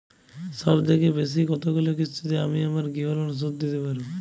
সবথেকে বেশী কতগুলো কিস্তিতে আমি আমার গৃহলোন শোধ দিতে পারব?